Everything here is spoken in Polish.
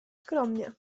skromnie